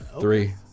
Three